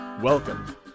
Welcome